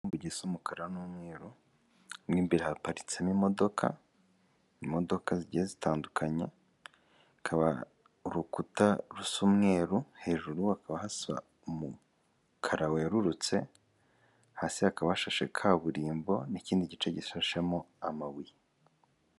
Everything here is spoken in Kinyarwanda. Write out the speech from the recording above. Inzugi z'umukara n'umweru, mo imbere haparitsemo imodoka, imodoka zigiye zitandukanyekanye, hakaba urukuta rusa umweru, hejuru hakaba hasa umukara werurutse hasi hakaba hashashe kaburimbo n'ikindi gice gishashemo amabuye.